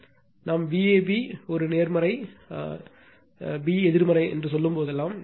எனவே நாம் Vab ஒரு நேர்மறை பி எதிர்மறை என்று சொல்லும்போதெல்லாம்